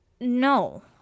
No